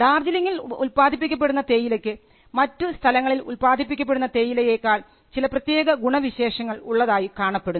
ഡാർജിലിങ്ങിൽ ഉൽപ്പാദിപ്പിക്കപ്പെടുന്ന തേയിലയ്ക്ക് മറ്റു സ്ഥലങ്ങളിൽ ഉത്പാദിപ്പിക്കപ്പെടുന്ന തേയിലയെക്കാൾ ചില പ്രത്യേക ഗുണവിശേഷങ്ങൾ ഉള്ളതായി കാണപ്പെടുന്നു